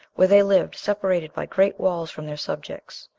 where they lived, separated by great walls from their subjects.